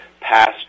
past